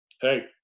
hey